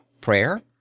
Prayer